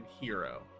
hero